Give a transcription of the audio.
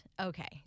Okay